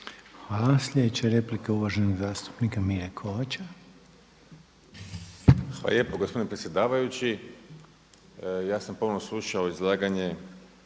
Hvala. Sljedeća je replika uvaženog zastupnika Mire Kovača. **Kovač, Miro (HDZ)** Hvala lijepo gospodine predsjedavajući. Ja sam pomno slušao izlaganje